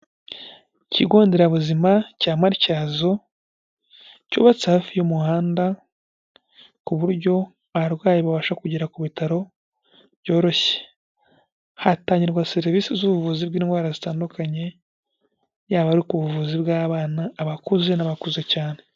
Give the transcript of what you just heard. Ikigo nderabuzima cya Marityazo, cyubatse hafi y'umuhanda ku buryo abarwayi babasha kugera ku bitaro byoroshye, hatangirwagirwa serivisi z'ubuvuzi bw'indwara zitandukanye, yaba ari ku buvuzi bw'abana, abakuze n'abakuze cyane.